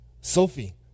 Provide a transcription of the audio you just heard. Sophie